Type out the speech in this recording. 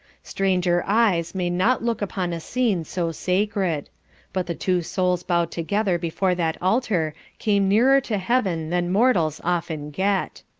stranger eyes may not look upon a scene so sacred but the two souls bowed together before that altar came nearer to heaven than mortals often get.